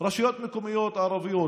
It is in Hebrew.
רשויות מקומיות ערביות,